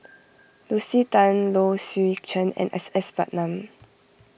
Lucy Tan Low Swee Chen and S S Ratnam